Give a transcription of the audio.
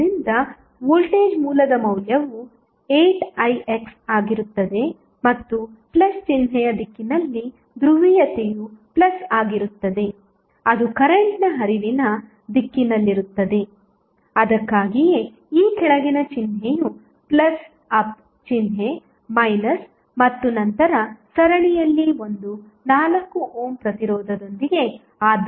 ಆದ್ದರಿಂದ ವೋಲ್ಟೇಜ್ ಮೂಲದ ಮೌಲ್ಯವು 8ix ಆಗುತ್ತದೆ ಮತ್ತು ಪ್ಲಸ್ ಚಿಹ್ನೆಯ ದಿಕ್ಕಿನಲ್ಲಿ ಧ್ರುವೀಯತೆಯು ಪ್ಲಸ್ ಆಗಿರುತ್ತದೆ ಅದು ಕರೆಂಟ್ನ ಹರಿವಿನ ದಿಕ್ಕಿನಲ್ಲಿರುತ್ತದೆ ಅದಕ್ಕಾಗಿಯೇ ಈ ಕೆಳಗಿನ ಚಿಹ್ನೆಯು ಪ್ಲಸ್ ಅಪ್ ಚಿಹ್ನೆ ಮೈನಸ್ ಮತ್ತು ನಂತರ ಸರಣಿಯಲ್ಲಿ ಒಂದು 4 ಓಮ್ ಪ್ರತಿರೋಧದೊಂದಿಗೆ